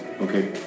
Okay